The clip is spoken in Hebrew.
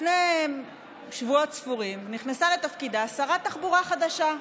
לפני שבועות ספורים נכנסה לתפקידה שרת תחבורה חדשה,